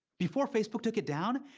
before facebook took it down,